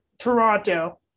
Toronto